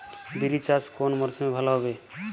বিরি চাষ কোন মরশুমে ভালো হবে?